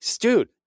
Dude